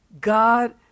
God